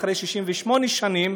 אחרי 68 שנים,